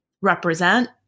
represent